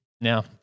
Now